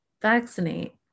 vaccinate